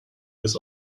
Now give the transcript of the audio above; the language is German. bis